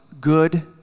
good